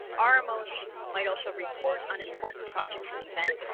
our most might also report unimportant projects and events